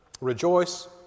Rejoice